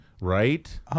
Right